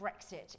Brexit